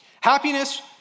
Happiness